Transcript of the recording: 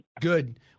Good